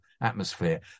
atmosphere